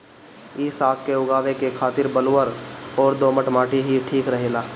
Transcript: इ साग के उगावे के खातिर बलुअर अउरी दोमट माटी ही ठीक रहेला